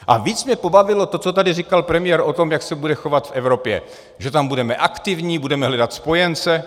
A víc mě pobavilo to, co tady říkal premiér o tom, jak se bude chovat k Evropě, že tam budeme aktivní, budeme hledat spojence.